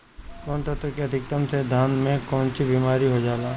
कौन तत्व के अधिकता से धान में कोनची बीमारी हो जाला?